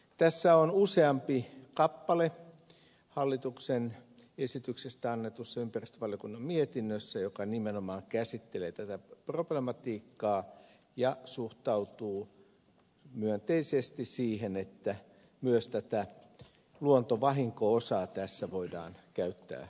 tässä on useampi kappale hallituksen esityksestä annetussa ympäristövaliokunnan mietinnössä joka nimenomaan käsittelee tätä problematiikkaa ja suhtautuu myönteisesti siihen että myös tätä luontovahinko osaa tässä voidaan käyttää lajin suojelemiseksi